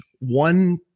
one